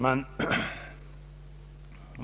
Herr talman!